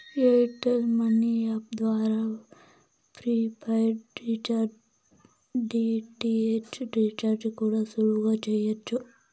air tell money app ద్వారా prepaid recharge, DTH recharge కూడా సులువుగా చెయ్యచ్చు